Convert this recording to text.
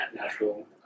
natural